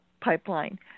pipeline